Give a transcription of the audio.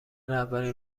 اولین